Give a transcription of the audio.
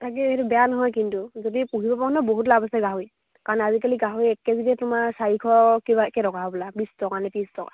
তাকে সেইটো বেয়া নহয় কিন্তু যদি পুহিব পাৰোঁ নহয় বহুত লাভ আছে গাহৰিত কাৰণ আজিকালি গাহৰি এক কেজিতে তোমাৰ চাৰিশ কিবা কেই টকা হ'বলা বিশ টকা নে ত্ৰিছ টকা